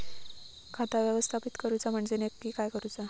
खाता व्यवस्थापित करूचा म्हणजे नक्की काय करूचा?